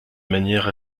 manière